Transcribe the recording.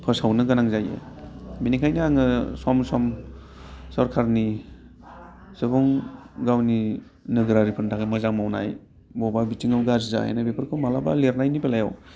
फोसावनो गोनां जायो बेनिखायनो आङो सम सम सरखारनि सुबुं गावनि नोगोरारिफोरनि थाखाय मोजां मावनाय बबेबा बिथिंआव गाज्रि जाहैनाय बेफोरखौ लिरनायनि बेलायाव